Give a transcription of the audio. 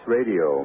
Radio